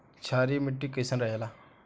क्षारीय मिट्टी कईसन रहेला?